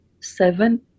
seven